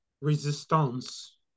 resistance